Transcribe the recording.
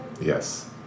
Yes